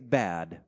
bad